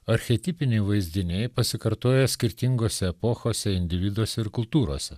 archetipiniai vaizdiniai pasikartoja skirtingose epochose individuose ir kultūrose